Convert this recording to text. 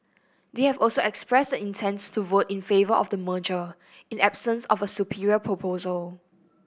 they have also expressed the intent to vote in favour of the merger in absence of a superior proposal